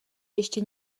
ještě